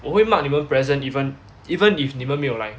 我会 mark 你们 present even even if 你们没有来